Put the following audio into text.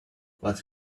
what